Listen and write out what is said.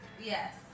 Yes